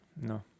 No